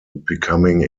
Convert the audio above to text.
becoming